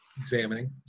examining